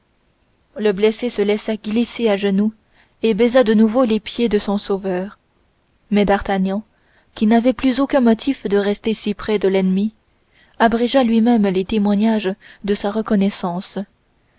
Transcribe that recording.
le blessé se laissa glisser à genoux et baisa de nouveau les pieds de son sauveur mais d'artagnan qui n'avait plus aucun motif de rester si près de l'ennemi abrégea lui-même les témoignages de sa reconnaissance